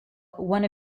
one